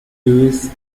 lewis